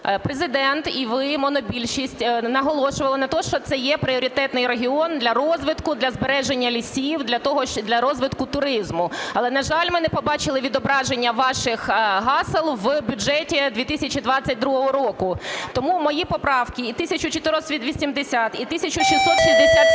Президент і ви, монобільшість, наголошували на тому, що це є пріоритетний регіон для розвитку, для збереження лісів, для розвитку туризму. Але, на жаль, ми не побачили відображення ваших гасел в бюджеті 2022 року. Тому мої поправки 1480 і 1667